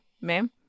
ma'am